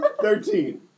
Thirteen